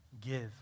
Give